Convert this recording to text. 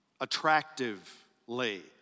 attractively